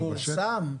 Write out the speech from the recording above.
הוא פורסם?